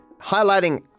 highlighting